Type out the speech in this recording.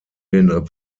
den